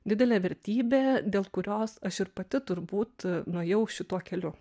didelė vertybė dėl kurios aš ir pati turbūt nuėjau šituo keliu